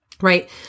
Right